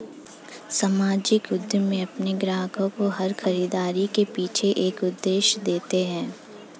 सामाजिक उद्यमी अपने ग्राहकों को हर खरीदारी के पीछे एक उद्देश्य देते हैं